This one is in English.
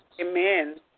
Amen